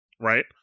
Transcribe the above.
right